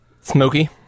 Smoky